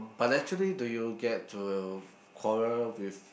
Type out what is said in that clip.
but naturally do you get to quarrel with